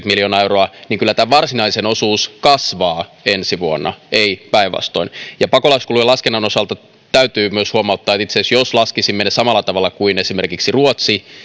miljoonaa euroa niin kyllä tämän varsinaisen osuus kasvaa ensi vuonna ei päinvastoin pakolaiskulujen laskennan osalta täytyy myös huomauttaa että itse asiassa jos laskisimme ne samalla tavalla kuin esimerkiksi ruotsi